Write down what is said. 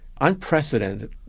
unprecedented